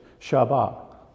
Shabbat